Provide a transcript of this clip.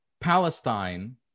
Palestine